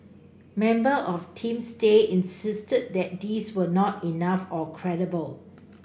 member of Team Stay insisted that these were not enough or credible